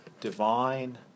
divine